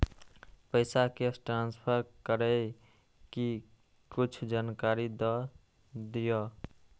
पैसा cash transfer करऐ कि कुछ जानकारी द दिअ